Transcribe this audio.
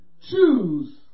Choose